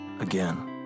again